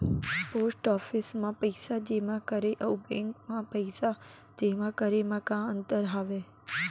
post office मा पइसा जेमा करे अऊ बैंक मा पइसा जेमा करे मा का अंतर हावे